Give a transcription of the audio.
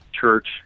church